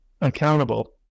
accountable